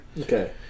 Okay